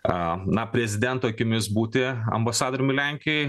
a na prezidento akimis būti ambasadoriumi lenkijoj